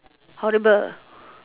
horrible